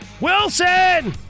Wilson